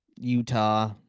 Utah